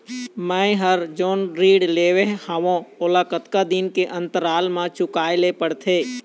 मैं हर जोन ऋण लेहे हाओ ओला कतका दिन के अंतराल मा चुकाए ले पड़ते?